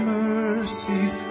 mercies